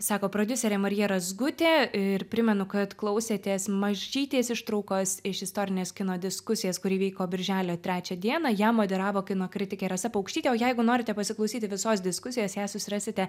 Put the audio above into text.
sako prodiuserė marija razgutė ir primenu kad klausėtės mažytės ištraukos iš istorinės kino diskusijos kuri vyko birželio trečią dieną ją moderavo kino kritikė rasa paukštytė o jeigu norite pasiklausyti visos diskusijos ją susirasite